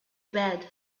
bed